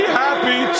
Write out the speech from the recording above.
happy